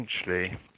essentially